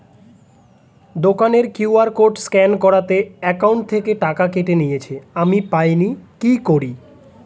দোকানের QR code scan করাতে account থেকে টাকা কেটে নিয়েছে, আমি পাইনি কি করি?